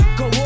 go